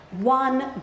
One